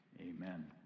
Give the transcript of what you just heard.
Amen